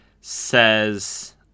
says